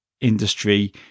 industry